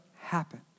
happen